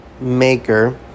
maker